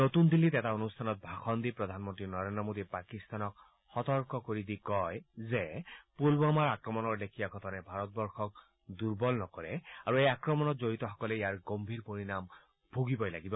নতুন দিল্লীত এটা অনুষ্ঠানত ভাষণ দি প্ৰধানমন্ত্ৰী নৰেন্দ্ৰ মোদীয়ে পাকিস্তানক সৰ্তক দি কয় যে পুলৱামাত কৰা আক্ৰমণৰ লেখীয়া ঘটনাই ভাৰতক দুৰ্বল নকৰে আৰু এই আক্ৰমণত জড়িতসকলে ইয়াৰ গম্ভীৰ পৰিণাম ভুগিব লাগিব